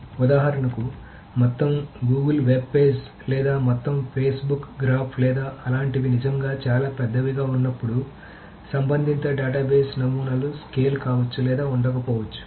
ఉదాహరణకు మొత్తం Google web పేజీలు లేదా మొత్తం ఫేస్బుక్ గ్రాఫ్ లేదా అలాంటివి నిజంగా చాలా పెద్దవిగా ఉన్నప్పుడు సంబంధిత డేటాబేస్ నమూనాలు స్కేల్ కావచ్చు లేదా ఉండకపోవచ్చు